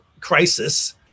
crisis